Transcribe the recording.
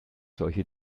solche